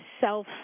self